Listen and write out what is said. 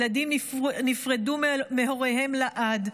ילדים נפרדו מהוריהם לעד.